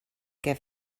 que